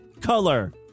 color